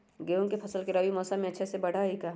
गेंहू के फ़सल रबी मौसम में अच्छे से बढ़ हई का?